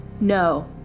no